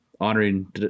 honoring